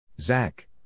Zach